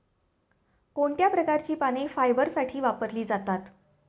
कोणत्या प्रकारची पाने फायबरसाठी वापरली जातात?